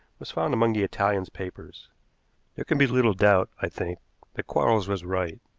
was found among the italian's papers. there can be little doubt, i think, that quarles was right.